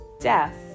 death